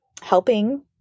helping